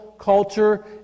culture